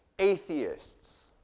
Atheists